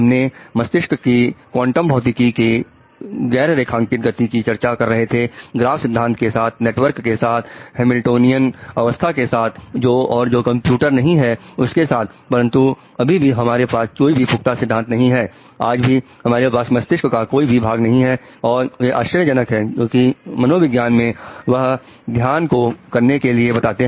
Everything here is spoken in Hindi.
हमने मस्तिष्क की क्वांटम भौतिकी के गैर रेखाकित गति की चर्चा कर रहे थे ग्राफ सिद्धांत के साथ नेटवर्क के साथ हैमिल्टोनियन अवस्था के साथ और जो कंप्यूटर नहीं है उसके साथ परंतु अभी भी हमारे पास कोई भी पुख्ता सिद्धांत नहीं है आज भी हमारे पास मस्तिष्क का कोई भी भाग नहीं है और यह आश्चर्यजनक है क्योंकि मनोविज्ञान में वह ध्यान को करने के लिए बताते हैं